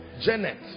Janet